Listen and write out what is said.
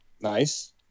Nice